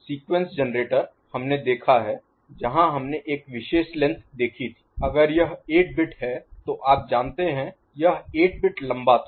sequence generator हमने देखा है जहां हमने एक विशेष लेंथ देखी थी अगर यह 8 बिट है तो आप जानते हैं यह 8 बिट लंबा था